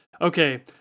Okay